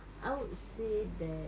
I would say that